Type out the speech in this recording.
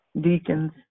deacons